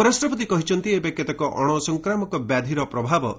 ଉପରାଷ୍ଟ୍ରପତି କହିଛନ୍ତି ଏବେ କେତେକ ଅଣସଂକ୍ରାମକ ବ୍ୟାଧିର ପ୍ରଭାବ